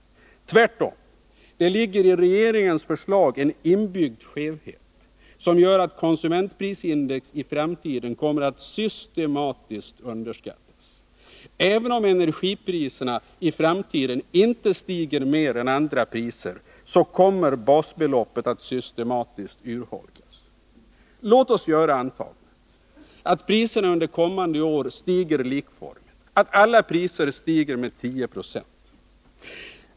Tvärtom: det ligger i regeringens förslag en inbyggd skevhet, som gör att konsumentprisindex i framtiden kommer att systematiskt underskattas. Även om energipriserna i framtiden inte stiger mer än andra priser så kommer basbeloppet att systematiskt urholkas. Låt oss göra antagandet att priserna under kommande år stiger likformigt, dvs. att alla priser stiger med 10 96.